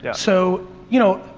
yeah so, you know,